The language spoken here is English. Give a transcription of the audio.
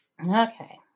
Okay